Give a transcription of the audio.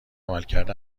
عملکرد